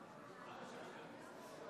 בעד, 56 נגד.